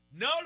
No